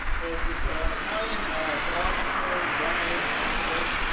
was this italian philosopher, journalist, activist,